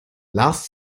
lars